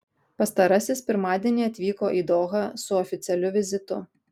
pastarasis pirmadienį atvyko į dohą su oficialiu vizitu